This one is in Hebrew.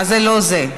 מה זה "לא זה"?